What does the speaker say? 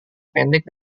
pendek